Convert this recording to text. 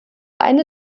eine